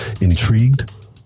Intrigued